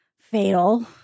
fatal